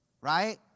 Right